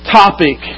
topic